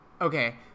Okay